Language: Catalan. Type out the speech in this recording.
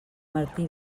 martí